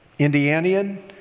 Indianian